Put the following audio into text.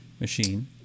machine